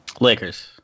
Lakers